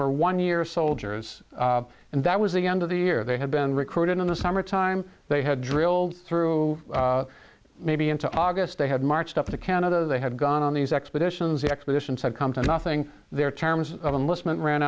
were one year soldiers and that was the end of the year they had been recruited in the summertime they had drilled through maybe into august they had marched up to canada they had gone on these expeditions expeditions had come to nothing the